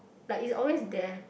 like it's always there